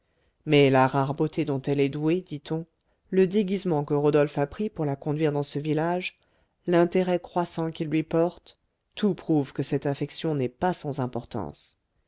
mais la rare beauté dont elle est douée dit-on le déguisement que rodolphe a pris pour la conduire dans ce village l'intérêt croissant qu'il lui porte tout prouve que cette affection n'est pas sans importance